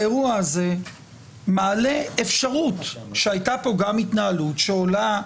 האירוע הזה מעלה אפשרות שהייתה פה גם התנהלות שעולה,